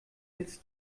jetzt